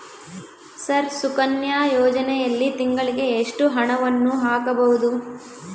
Sir Sukanya ಯೋಜನೆಯಲ್ಲಿ ತಿಂಗಳಿಗೆ ಎಷ್ಟು ಹಣವನ್ನು ಹಾಕಬಹುದು?